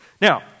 Now